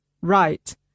Right